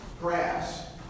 grass